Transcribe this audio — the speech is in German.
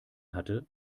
hatte